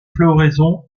floraison